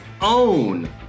own